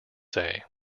say